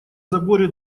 заборе